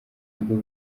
bwo